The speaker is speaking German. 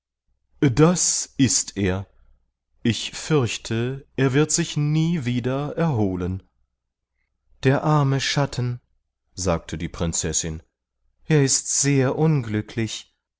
das ist er ich fürchte er wird sich nie wieder erholen der arme schatten sagte die prinzessin er ist sehr unglücklich